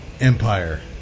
empire